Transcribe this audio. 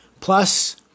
plus